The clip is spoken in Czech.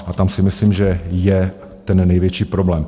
A tam si myslím, že je ten největší problém.